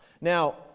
Now